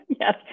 Yes